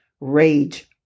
rage